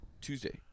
Tuesday